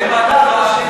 אף אחד, והם קטעו אותי.